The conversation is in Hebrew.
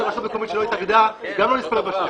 מקומית לא התאגדה, היא גם לא נספרת ב-30,